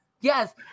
Yes